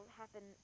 happen